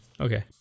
Okay